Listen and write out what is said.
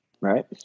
Right